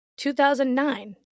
2009